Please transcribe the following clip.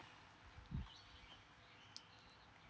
mm uh